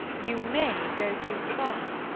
you may go too far.